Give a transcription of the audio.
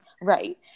Right